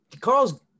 Carl's